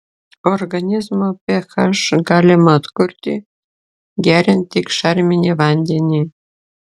organizmo ph galima atkurti geriant tik šarminį vandenį